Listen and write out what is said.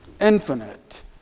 infinite